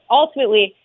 ultimately